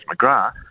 McGrath